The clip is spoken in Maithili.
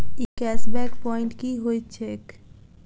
ई कैश बैक प्वांइट की होइत छैक?